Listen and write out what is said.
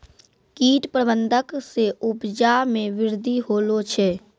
कीट प्रबंधक से उपजा मे वृद्धि होलो छै